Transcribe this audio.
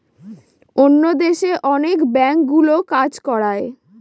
অন্য দেশে অনেক ব্যাঙ্কগুলো কাজ করায়